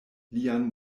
lian